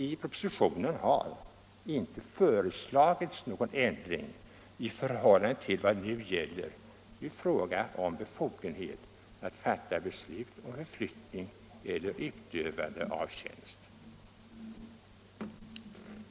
I propositionen har inte föreslagits någon ändring i förhållande till vad som nu gäller i fråga om befogenheten att fatta beslut om förflyttning eller utövande av annan tjänst.